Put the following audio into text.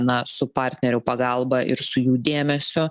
na su partnerių pagalba ir su jų dėmesiu